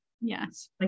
yes